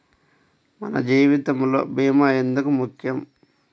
మన జీవితములో భీమా ఎందుకు ముఖ్యం?